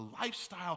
lifestyle